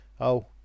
Oh